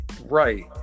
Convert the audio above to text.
Right